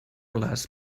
les